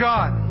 God